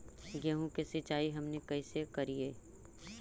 गेहूं के सिंचाई हमनि कैसे कारियय?